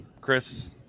Chris